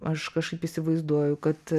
aš kažkaip įsivaizduoju kad